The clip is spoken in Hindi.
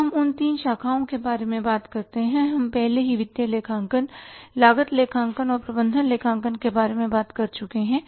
अब हम उन तीन शाखाओं के बारे में बात करते हैं हम पहले ही वित्तीय लेखांकन लागत लेखांकन और प्रबंधन लेखांकन के बारे में बात कर चुके हैं